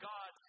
God